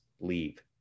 leave